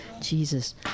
Jesus